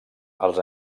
els